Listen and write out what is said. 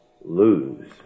lose